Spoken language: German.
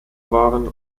waren